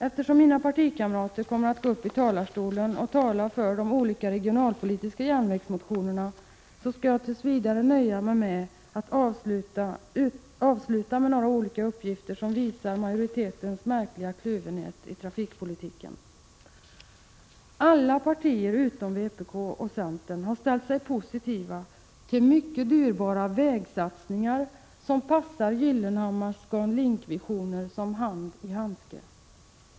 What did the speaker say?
Eftersom mina partikamrater kommer att gå upp i talarstolen och tala för de regionalpolitiska järnvägsmotionerna, skall jag tills vidare nöja mig med att avsluta med några uppgifter som visar majoritetens märkliga kluvenhet i 75 trafikpolitiken. Alla partier utom vpk och centern har ställt sig positiva till mycket dyrbara vägsatsningar som passar Gyllenhammars ScanLink-visioner som hand i handske.